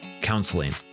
counseling